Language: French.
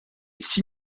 six